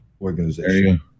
organization